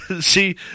See